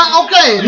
okay